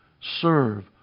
serve